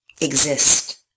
exist